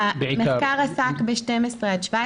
המחקר עסק בגילאים 12-17,